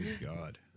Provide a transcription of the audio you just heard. God